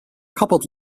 coupled